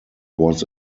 was